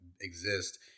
exist